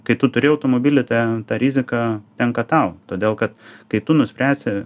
kai tu turi automobilį te ta rizika tenka tau todėl kad kai tu nuspręsi